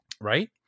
Right